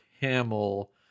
Hamill